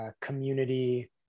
community